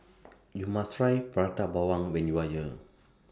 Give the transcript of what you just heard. YOU must Try Prata Bawang when YOU Are here